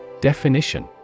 Definition